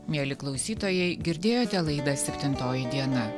mieli klausytojai girdėjote laidą septintoji diena